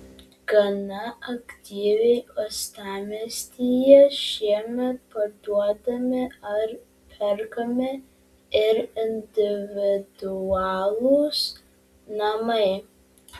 gana aktyviai uostamiestyje šiemet parduodami ar perkami ir individualūs namai